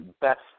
best